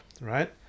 right